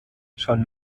schon